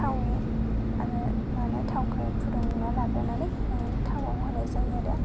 थाव आरो माहोनो थावखौ फुदुंनानै लाग्रोनानै थावआव होनाय जायो आरो